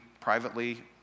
privately